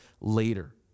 later